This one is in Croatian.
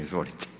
Izvolite.